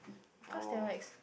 oh